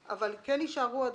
10:09. ברוכים הבאים.